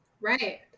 Right